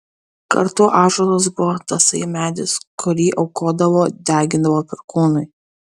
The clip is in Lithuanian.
kartu ąžuolas buvo tasai medis kurį aukodavo degindavo perkūnui